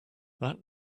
that